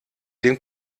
dem